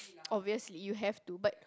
obviously you have to but